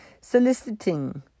soliciting